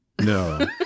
no